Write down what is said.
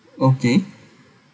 okay